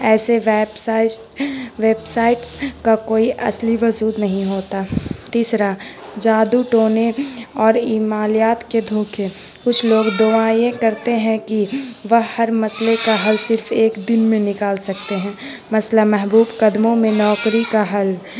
ایسے websites websites کا کوئی اصلی وجود نہیں ہوتا تیسرا جادو ٹونے اور اعمالیات کے دھوکے کچھ لوگ دعائیں یہ کرتے ہیں کہ وہ ہر مسئلے کا حل صرف ایک دن میں نکال سکتے ہیں مسئلہ محبوب قدموں میں نوکری کا حل